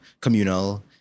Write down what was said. communal